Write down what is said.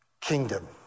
kingdom